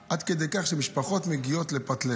עד כדי כך שמשפחות מגיעות לפת לחם.